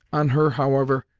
on her, however,